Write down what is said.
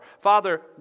Father